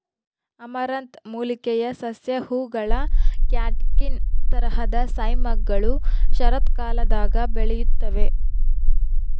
amaranth ಮೂಲಿಕೆಯ ಸಸ್ಯ ಹೂವುಗಳ ಕ್ಯಾಟ್ಕಿನ್ ತರಹದ ಸೈಮ್ಗಳು ಶರತ್ಕಾಲದಾಗ ಬೆಳೆಯುತ್ತವೆ